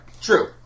True